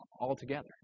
altogether